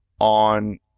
on